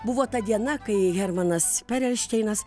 buvo ta diena kai hermanas perelšteinas